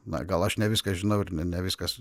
na gal aš ne viską žinau ir ne ne viskas